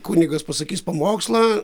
kunigas pasakys pamokslą